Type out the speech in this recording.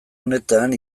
honetan